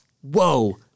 whoa